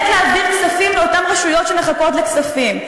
בלהעביר כספים לאותן רשויות שמחכות לכספים?